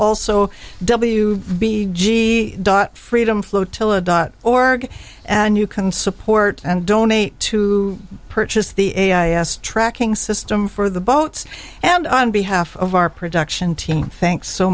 also w b g dot freedom flotilla dot org and you can support and donate to purchase the tracking system for the boats and on behalf of our production team thanks so